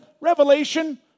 Revelation